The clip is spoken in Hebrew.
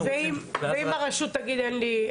ואם הרשות תגיד שאין לה?